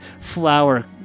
flower